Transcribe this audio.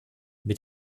mit